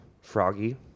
Froggy